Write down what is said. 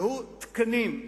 והוא, תקנים.